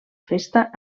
festa